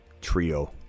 trio